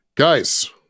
Guys